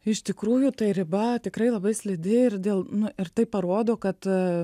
iš tikrųjų tai riba tikrai labai slidi ir dėl nu ir tai parodo kad